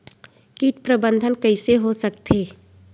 कीट प्रबंधन कइसे हो सकथे?